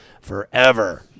forever